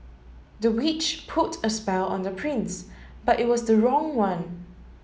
the witch put a spell on the prince but it was the wrong one